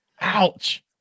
ouch